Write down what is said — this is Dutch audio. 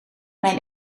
mijn